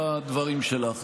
בדברים שלך.